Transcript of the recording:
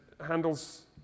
handles